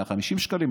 150 שקלים,